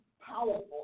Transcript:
powerful